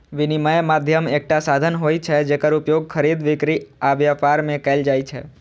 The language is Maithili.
विनिमय माध्यम एकटा साधन होइ छै, जेकर उपयोग खरीद, बिक्री आ व्यापार मे कैल जाइ छै